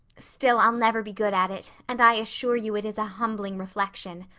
still, i'll never be good at it and i assure you it is a humbling reflection.